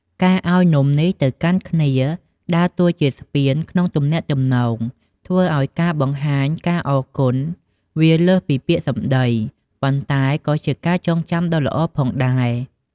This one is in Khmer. ការឱ្យនំំនេះទៅកាន់គ្នាដើរតួជាស្ពានក្នុងទំនាក់ទំនង ធ្វើឱ្យការបង្ហាញការអរគុណវាលើសពីពាក្យសម្ដី ប៉ុន្តែក៏ជាការចងចាំដ៏ល្អផងដែរ។